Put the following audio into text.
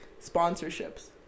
sponsorships